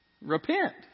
repent